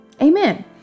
Amen